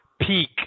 peak